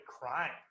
crying